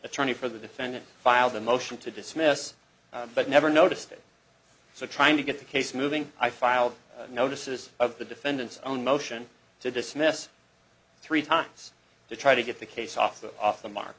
attorney for the defendant filed a motion to dismiss but never noticed it so trying to get the case moving i filed notices of the defendant's own motion to dismiss three times to try to get the case off the off the mark